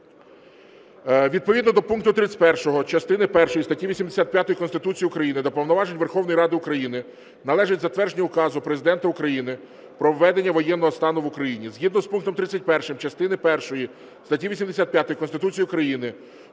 Відповідно до пункту 31 частини першої статті 85 Конституції України до повноважень Верховної Ради України належить затвердження Указу Президента України про введення воєнного стану в Україні, згідно з пунктом 31 частини першої статті 85 Конституції України,